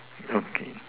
okay